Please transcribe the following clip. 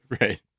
Right